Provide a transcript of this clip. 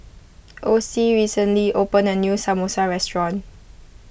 Ocie recently opened a new Samosa restaurant